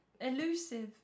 elusive